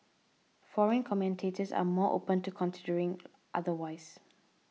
foreign commentators are more open to considering otherwise